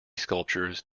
sculptures